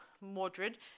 Mordred